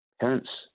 parents